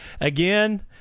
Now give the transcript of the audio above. again